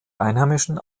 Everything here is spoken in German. einheimischen